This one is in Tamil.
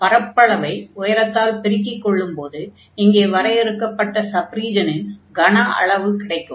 பரப்பளவை உயரத்தால் பெருக்கிக் கொள்ளும் போது இங்கே வரையறுக்கப்பட்ட சப் ரீஜனின் கன அளவு கிடைக்கும்